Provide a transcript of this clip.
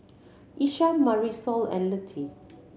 Isham Marisol and Lutie